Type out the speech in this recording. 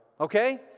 Okay